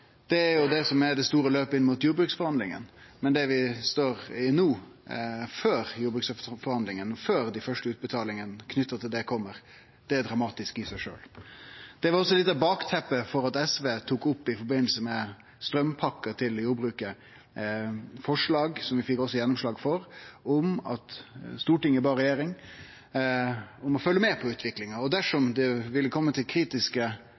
Det er det som er det store løpet inn mot jordbruksforhandlingane. Men det vi står i no, før jordbruksforhandlingane, før dei første utbetalingane knytt til oppgjeret kjem, er dramatisk i seg sjølv. Det var også litt av bakteppet for at SV i samband med straumpakka til jordbruket tok opp forslag som vi også fekk gjennomslag for, om at Stortinget bad regjeringa følgje med på utviklinga, og dersom det ville kome til kritiske